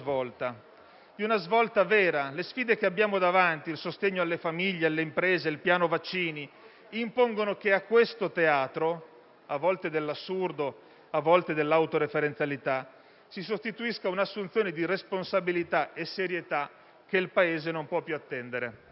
di una svolta vera. Le sfide che abbiamo davanti (il sostegno alle famiglie e alle imprese, il piano vaccini) impongono che a questo teatro, a volte dell'assurdo e a volte dell'autoreferenzialità, si sostituisca un'assunzione di responsabilità e serietà che il Paese non può più attendere.